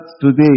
today